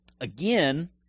Again